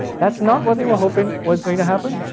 that's not what they were hoping was going to happen.